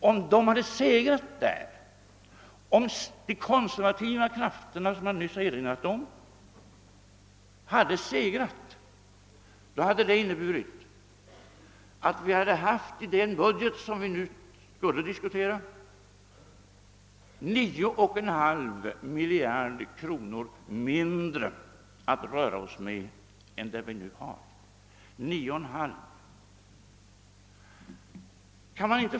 Om de konservativa krafter som jag nyss erinrade om hade segrat, skulle resultatet ha blivit att vi i den budget som vi nu skulle diskutera, hade haft 9,5 miljarder kronor mindre att röra oss med än vi nu har.